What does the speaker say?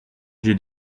j’ai